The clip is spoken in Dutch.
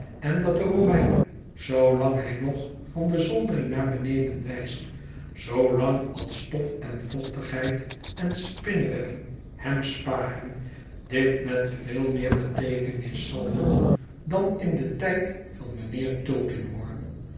en dat de romein zoolang hij nog van de zoldering naar beneden wijst zoolang als stof en vochtigheid en spinnewebben hem sparen dit met veel meer beteekenis zal doen dan in den tijd van mijnheer